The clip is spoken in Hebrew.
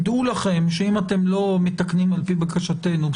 דעו לכם שאם אתם לא מתקנים לפי בקשתנו,